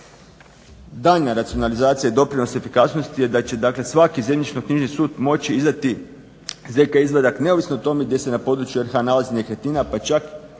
Daljnja racionalizacija doprinosa i efikasnosti je da će svaki zemljišnoknjižni sud moći izdati ZK izvadak neovisno o tome gdje se na području RH nalazi nekretnina pa čak